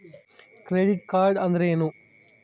Credit card ಅಂದ್ರೇನು?